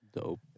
Dope